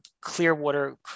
Clearwater